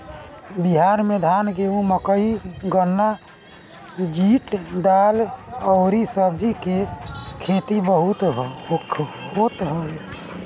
बिहार में धान, गेंहू, मकई, गन्ना, जुट, दाल अउरी सब्जी के खेती खूब होत हवे